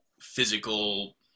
physical